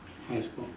ah